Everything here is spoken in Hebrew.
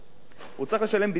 הוא צריך לשלם ביטוח חובה,